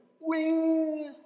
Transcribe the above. wing